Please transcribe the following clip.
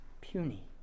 puny